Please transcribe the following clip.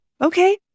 okay